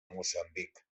moçambic